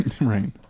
Right